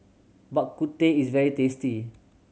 Bak Kut Teh is very tasty